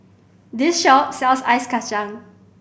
this shop sells ice kacang